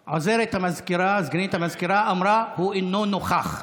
סגנית המזכירה אמרה: הוא אינו נוכח.